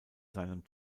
seinem